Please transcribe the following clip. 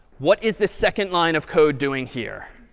what is this second line of code doing here?